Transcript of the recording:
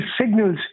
signals